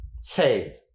saved